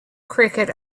cricket